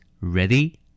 Ready